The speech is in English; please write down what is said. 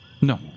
No